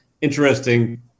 interesting